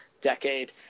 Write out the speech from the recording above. decade